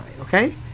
Okay